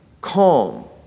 calm